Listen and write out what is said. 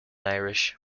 irish